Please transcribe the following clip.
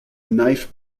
knife